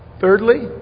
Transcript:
Thirdly